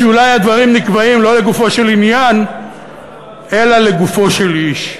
אולי הדברים נקבעים לא לגופו של עניין אלא לגופו של איש.